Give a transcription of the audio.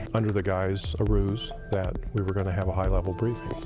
under the guise, a ruse that we were gonna have a high level briefing,